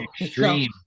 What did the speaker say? extreme